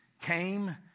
Came